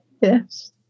yes